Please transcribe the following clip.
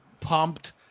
pumped